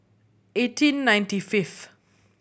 eighteen ninety fifth